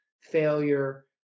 failure